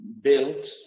built